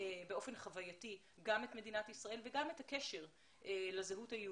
באופן חווייתי גם את מדינת ישראל וגם את הקשר לזהות היהודית.